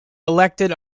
elected